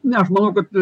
ne aš manau kad